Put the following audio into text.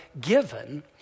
given